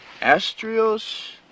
Astrios